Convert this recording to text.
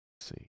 See